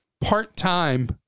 part-time